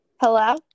Hello